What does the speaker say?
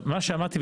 מה שאמרתי,